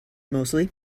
mostly